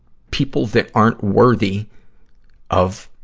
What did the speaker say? people that aren't worthy of